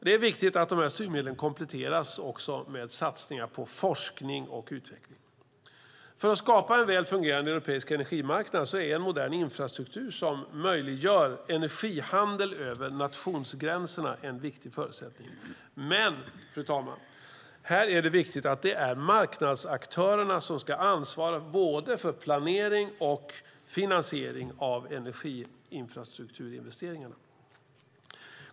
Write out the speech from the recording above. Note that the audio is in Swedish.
Det är viktigt att dessa styrmedel också kompletteras med satsningar på forskning och utveckling. För att skapa en väl fungerande europeisk energimarknad är en modern infrastruktur som möjliggör energihandel över nationsgränserna en viktig förutsättning. Men, fru talman, här är det viktigt att det är marknadsaktörerna som ska ansvara för både planering och finansiering av energiinfrastrukturinvesteringarna.